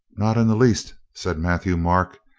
not in the least, said matthieu-marc,